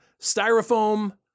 styrofoam